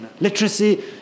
Literacy